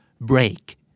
break